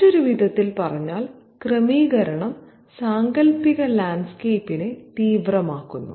മറ്റൊരു വിധത്തിൽ പറഞ്ഞാൽ ക്രമീകരണം സാങ്കൽപ്പിക ലാൻഡ്സ്കേപ്പിനെ തീവ്രമാക്കുന്നു